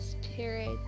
spirit